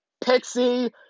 Pixie